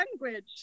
language